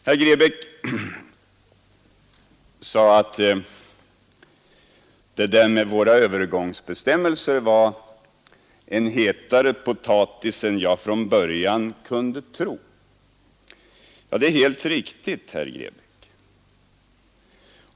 Herr Grebäck menade att det där med övergångsbestämmelserna var en hetare potatis än han från början kunde tro. Det är helt riktigt, herr Grebäck.